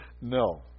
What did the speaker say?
No